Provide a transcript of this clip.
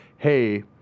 hey